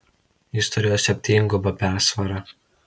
jis turėjo septyngubą persvarą